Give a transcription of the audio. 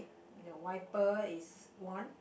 the wiper is one